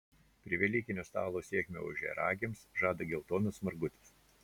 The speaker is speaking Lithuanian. prie velykinio stalo sėkmę ožiaragiams žada geltonas margutis